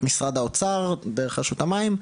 משרד האוצר דרך רשות המים,